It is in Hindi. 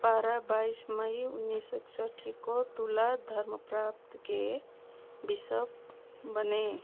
पारा बाईस मई उन्नीस एकसठ ही को तुला धर्म प्रांप्त के बिसप बने